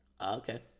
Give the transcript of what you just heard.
Okay